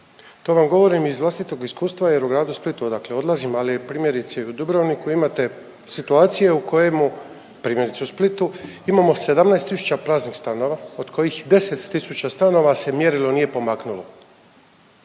To vam govorim iz vlastitog iskustva jer u gradu Splitu odakle odlazim, ali primjerice i u Dubrovniku imate situacije u kojemu, primjerice u Splitu imamo 17 tisuća praznih stanova od kojih je 10 tisuća stanova se mjerilo nije pomaknulo.